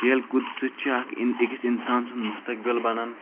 کھیل کوٗد سۭتۍ چھُ اکھ اِن أکِس اِنسان سُنٛد مُستقبِل بَنان